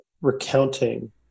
recounting